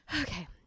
Okay